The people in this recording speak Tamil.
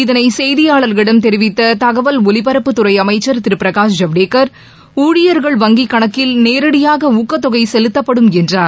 இதனை செய்தியாளர்களிடம் தெரிவித்த தகவல் ஒலிபரப்புத் துறை அமைச்சர் திரு பிரகாஷ் ஜவ்டேகர் ஊழியர்கள் வங்கிக் கணக்கில் நேரடியாக ஊக்கத் தொகை செலுத்தப்படும் என்றார்